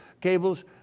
cables